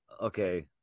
Okay